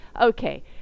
okay